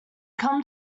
come